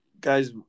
guys